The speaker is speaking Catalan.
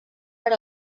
per